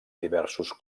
diversos